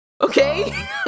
okay